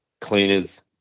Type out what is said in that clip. cleaners